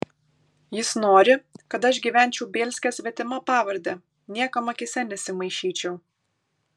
jis nori kad aš gyvenčiau bielske svetima pavarde niekam akyse nesimaišyčiau